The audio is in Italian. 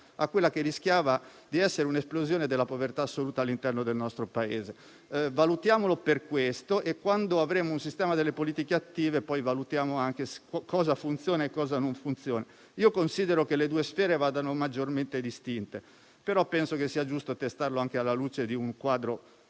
a quella che rischiava di essere un'esplosione della povertà assoluta all'interno del nostro Paese. Valutiamolo per questo, e quando avremo un sistema delle politiche attive valuteremo anche cosa funziona e cosa non funziona. Credo che le due sfere vadano maggiormente distinte, però penso che sia giusto testarlo anche alla luce di un quadro